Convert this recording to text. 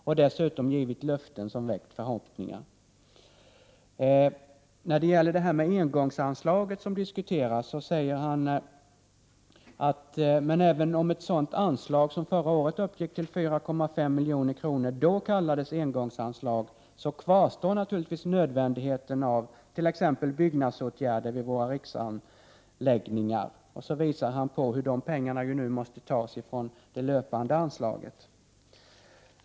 Och dessutom givit löften som väckt förhoppningar.” På tal om engångsanslaget, som diskuteras, säger han: ”Men även om ett sådant anslag, som förra året uppgick till 4,5 mkr, då kallades engångsanslag, kvarstår naturligtvis nödvändigheten av byggnadsåtgärder vid våra riksanläggningar”, och visar att pengarna nu måste tas ur det löpande anslaget.